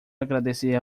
agradecer